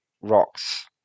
rocks